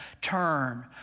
Turn